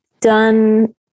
done